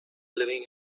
living